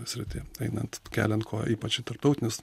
srity einant keliant koją ypač į tarptautinius